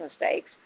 mistakes